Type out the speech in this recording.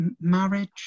Marriage